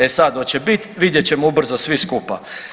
E sad, oće biti vidjet ćemo ubrzo svi skupa.